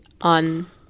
on